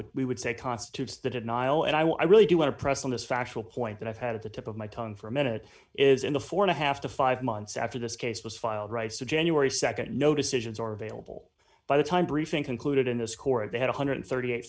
would we would say constitutes the denial and i will i really do want to press on this factual point that i've had at the tip of my tongue for a minute is in the four and a half to five months after this case was filed rights to january nd no decisions or available by the time briefing concluded in a score of the one hundred and thirty eight